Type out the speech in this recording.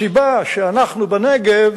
הסיבה שאנחנו בנגב,